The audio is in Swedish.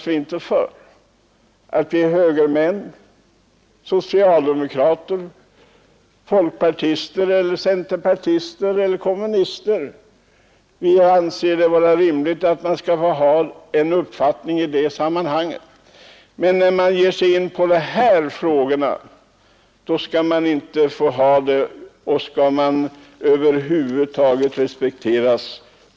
Vi får vara högermän, socialdemokrater, folkpartister, centerpartister eller kommunister. Det är helt rimligt att vi i det fallet får ha den uppfattning vi vill. Men när det gäller militärtjänsten får man inte ha någon uppfattning; vi vet vad som fordras om man över huvud taget skall bli respekterad.